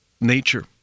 nature